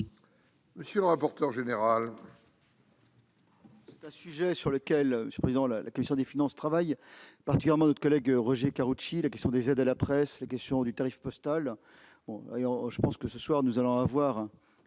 monsieur le rapporteur général,